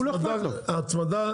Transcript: אתה אומר ההצמדה,